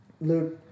Luke